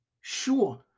Sure